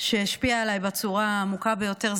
שהשפיעה עליי בצורה העמוקה ביותר.